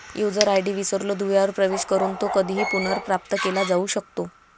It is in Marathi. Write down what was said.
यूजर आय.डी विसरलो दुव्यावर प्रवेश करून तो कधीही पुनर्प्राप्त केला जाऊ शकतो